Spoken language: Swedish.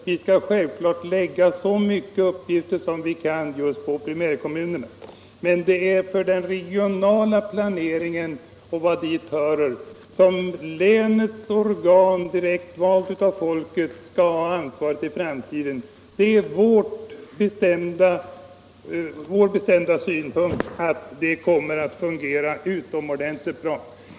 Vi skall självfallet lägga så mycket uppgifter som möjligt på primärkommunerna, men när det gäller den regionala planeringen och vad därtill hörer skall länets organ, direktvalt av folket, ha ansvaret i framtiden. Det är vår bestämda uppfattning att detta kommer att fungera utomordentligt bra.